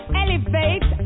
elevate